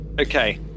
Okay